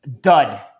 dud